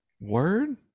Word